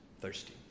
thirsty